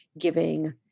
giving